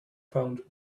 found